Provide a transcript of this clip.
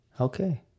okay